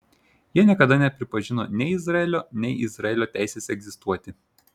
jie niekada nepripažino nei izraelio nei izraelio teisės egzistuoti